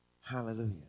Hallelujah